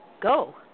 go